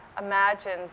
imagined